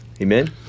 Amen